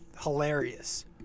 hilarious